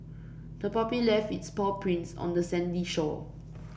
the puppy left its paw prints on the sandy shore